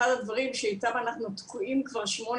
אחד הדברים שאיתם אנחנו תקועים כבר שמונה